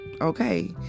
Okay